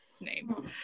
name